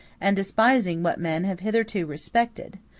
and despising what men have hitherto respected,